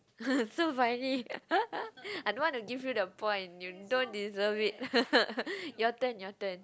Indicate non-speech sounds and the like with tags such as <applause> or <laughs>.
<laughs> so funny <laughs> I don't want to give you the point you don't deserve it <laughs> your turn your turn